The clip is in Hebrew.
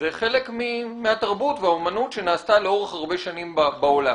זה חלק מהתרבות ומהאומנות שנעשתה לאורך הרבה שנים בעולם.